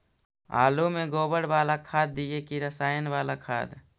आलु में गोबर बाला खाद दियै कि रसायन बाला खाद?